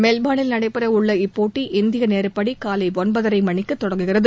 மெல்பா்ளில் நடைபெற உள்ள இப்போட்டி இந்திய நேரப்படி காலை ஒன்பதரை மணிக்கு தொடங்குகிறது